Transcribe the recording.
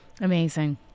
Amazing